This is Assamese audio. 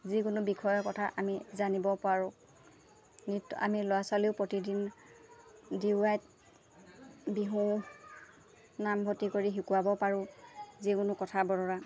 যিকোনো বিষয়ৰ কথা আমি জানিব পাৰোঁ নৃত্য আমি ল'ৰ ছোৱালীয়েও প্ৰতিদিন ডি ৱাইত বিহু নামভৰ্তি কৰি শিকোৱাব পাৰোঁ যিকোনো কথা বতৰা